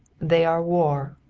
they are war.